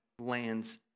lands